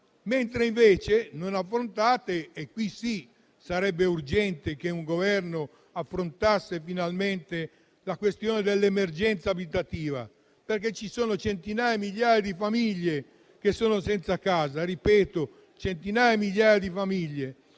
territorio. Invece, sarebbe urgente che un Governo affrontasse finalmente la questione dell'emergenza abitativa, perché ci sono centinaia, migliaia di famiglie che sono senza casa. Ripeto: centinaia, migliaia di famiglie.